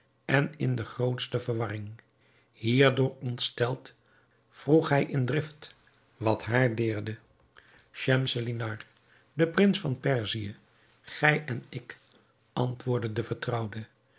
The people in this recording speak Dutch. en in de grootste verwarring hierdoor ontsteld vroeg hij in drift wat haar deerde schemselnihar de prins van perzië gij en ik antwoordde de vertrouwde